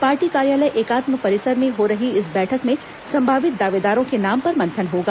party कार्यालय एकात्म परिसर में हो रही इस बैठक में संभावित दावेदारों के नाम पर मंथन होगा